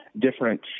different